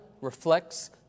reflects